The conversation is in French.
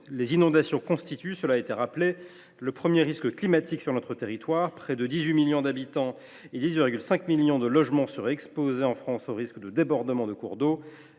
Les inondations constituent, cela a été rappelé, le premier risque climatique dans notre territoire. Près de 18 millions d’habitants et 10,5 millions de logements seraient exposés aux risques de débordements de cours d’eau.